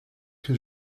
que